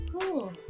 Cool